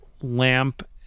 lamp